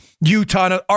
Utah